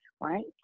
right